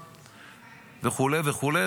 וכו' וכו'.